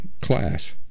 class